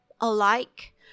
alike